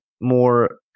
more